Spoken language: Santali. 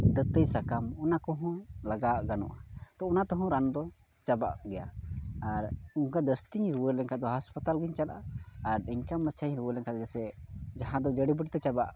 ᱫᱟᱛᱟᱹᱭ ᱥᱟᱠᱟᱢ ᱚᱱᱟ ᱠᱚ ᱦᱚᱸ ᱞᱟᱜᱟᱣ ᱜᱟᱱᱚᱜᱼᱟ ᱛᱚ ᱚᱱᱟ ᱛᱮ ᱦᱚᱸ ᱨᱟᱱ ᱫᱚ ᱪᱟᱵᱟᱜ ᱜᱮᱭᱟ ᱟᱨ ᱚᱱᱠᱟ ᱡᱟᱹᱥᱛᱤᱧ ᱨᱩᱣᱟᱹ ᱞᱮᱱ ᱠᱷᱟᱡ ᱫᱚ ᱦᱟᱥᱯᱟᱛᱟᱞ ᱜᱮᱧ ᱪᱟᱞᱟᱜᱼᱟ ᱟᱨ ᱮᱱᱠᱟᱱ ᱢᱟᱪᱷᱟᱧ ᱨᱩᱣᱟᱹ ᱞᱮᱱ ᱠᱷᱟᱡ ᱫᱚ ᱡᱮᱥᱮ ᱡᱟᱦᱟᱸ ᱫᱚ ᱡᱩᱲᱤ ᱵᱩᱴᱤᱛᱮ ᱪᱟᱵᱟᱜ